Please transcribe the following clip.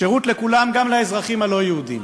שירות לכולם, גם לאזרחים הלא-יהודים,